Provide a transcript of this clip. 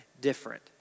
different